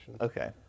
Okay